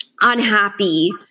unhappy